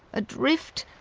adrift,